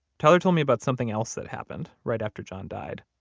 tyler told me about something else that happened right after john died.